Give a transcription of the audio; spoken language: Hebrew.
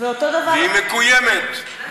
והיא מקוימת,